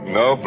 no